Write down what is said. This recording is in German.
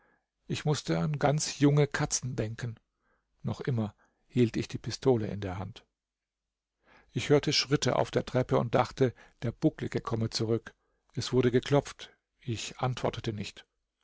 ich mußte an ganz junge katzen denken noch immer hielt ich die pistole in der hand ich hörte schritte auf der treppe und dachte der bucklige komme zurück es wurde geklopft ich antwortete nicht